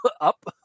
up